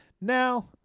now